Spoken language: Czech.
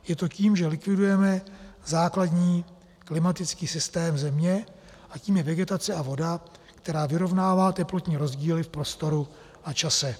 Je to tím, že likvidujeme základní klimatický systém Země, a tím je vegetace a voda, která vyrovnává teplotní rozdíly v prostoru a čase.